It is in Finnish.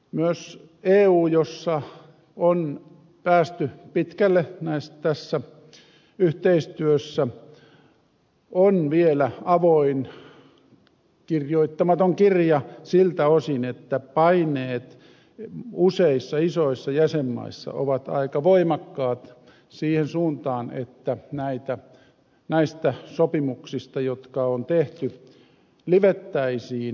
myös eu jossa on päästy pitkälle tässä yhteistyössä on vielä avoin kirjoittamaton kirja siltä osin että paineet useissa isoissa jäsenmaissa ovat aika voimakkaat siihen suuntaan että näistä sopimuksista jotka on tehty livettäisiin